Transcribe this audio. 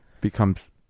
becomes